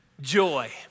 joy